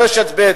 ברשת ב',